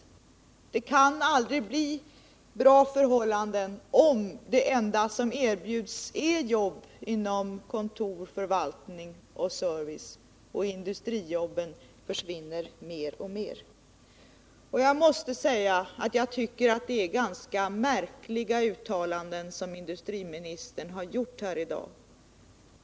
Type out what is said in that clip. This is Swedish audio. Det kan aldrig bli bra förhållanden, om det enda som erbjuds är jobb inom kontor, förvaltning och service medan industrijobben försvinner mer och mer. Jag måste säga att jag tycker det är ganska märkliga uttalanden som industriministern har gjort här i dag.